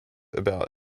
about